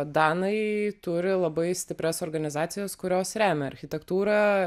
danai turi labai stiprias organizacijas kurios remia architektūrą